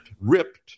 ripped